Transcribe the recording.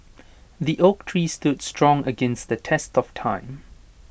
the oak tree stood strong against the test of time